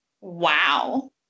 wow